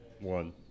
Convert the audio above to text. One